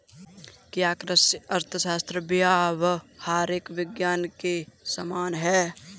क्या कृषि अर्थशास्त्र व्यावहारिक विज्ञान के समान है?